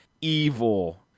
evil